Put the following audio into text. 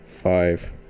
Five